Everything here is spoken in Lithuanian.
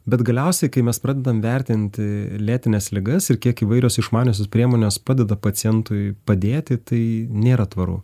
bet galiausiai kai mes pradedam vertinti lėtines ligas ir kiek įvairios išmaniosios priemonės padeda pacientui padėti tai nėra tvaru